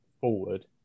forward